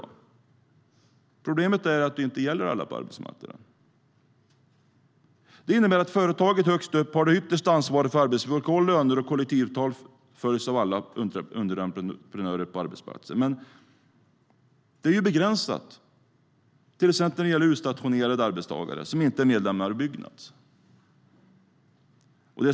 Men problemet är att det inte gäller alla på arbetsmarknaden. Det innebär att företaget högst upp har det yttersta ansvaret för att arbetsvillkor, löner och kollektivavtal följs av alla underentreprenörer på arbetsplatsen. Men det är begränsat, till exempel när det gäller utstationerade arbetstagare som inte är medlemmar i Byggnads.